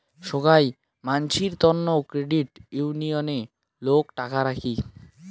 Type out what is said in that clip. সোগাই মানসির তন্ন ক্রেডিট উনিয়ণে লোক টাকা রাখি